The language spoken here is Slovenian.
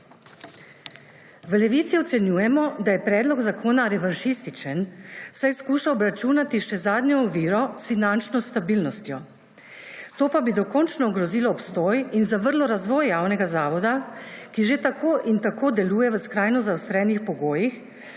V Levici ocenjujemo, da je predlog zakona revanšističen, saj skuša obračunati še z zadnjo oviro ‒ s finančno stabilnostjo. To pa bi dokončno ogrozilo obstoj in zavrlo razvoj javnega zavoda, ki že tako in tako deluje v skrajno zaostrenih pogojih,